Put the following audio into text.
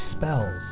spells